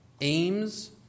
aims